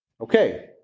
Okay